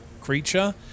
creature